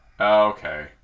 Okay